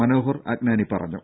മനോഹർ അഗ്നാനി പറഞ്ഞു